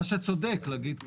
מה שצודק להגיד כן.